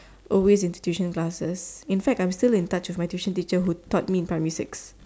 always into tuition classes in fact I'm still in touch with my tuition teacher who taught me in primary six